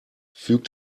füg